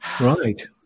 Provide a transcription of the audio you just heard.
Right